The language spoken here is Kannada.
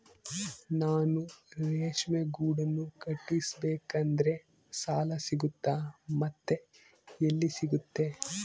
ನಾನು ರೇಷ್ಮೆ ಗೂಡನ್ನು ಕಟ್ಟಿಸ್ಬೇಕಂದ್ರೆ ಸಾಲ ಸಿಗುತ್ತಾ ಮತ್ತೆ ಎಲ್ಲಿ ಸಿಗುತ್ತೆ?